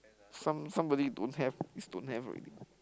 some somebody don't have is don't have already